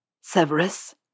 Severus